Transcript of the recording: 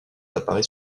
apparaît